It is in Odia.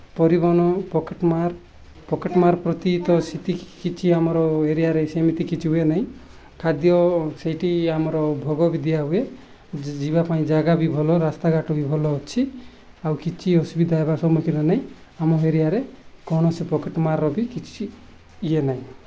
ପରିବହନ ପକେଟ୍ ମାର୍ ପକେଟ୍ ମାର୍ ପ୍ରତି ତ ସେତିକି କିଛି ଆମର ଏରିଆରେ ସେମିତି କିଛି ହୁଏ ନାହିଁ ଖାଦ୍ୟ ସେଇଠି ଆମର ଭୋଗ ବି ଦିଆ ହୁଏ ଯିବା ପାଇଁ ଜାଗା ବି ଭଲ ରାସ୍ତାଘାଟ ବି ଭଲ ଅଛି ଆଉ କିଛି ଅସୁବିଧା ହେବା ସମ୍ମୁଖୀନ ନାହିଁ ଆମ ଏରିଆରେ କୌଣସି ପକେଟ୍ ମାର୍ର ବି କିଛି ଇଏ ନାହିଁ